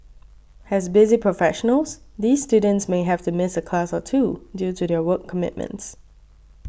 as busy professionals these students may have to miss a class or two due to their work commitments